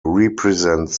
represents